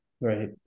Right